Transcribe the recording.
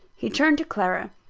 he turned to clara.